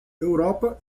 europa